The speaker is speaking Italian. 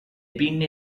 pinne